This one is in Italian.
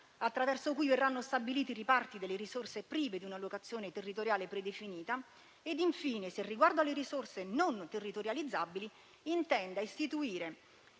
attraverso cui verranno stabiliti i riparti delle risorse prive di una allocazione territoriale predefinita e, infine, se riguardo alle risorse non territorializzabili, intenda istituire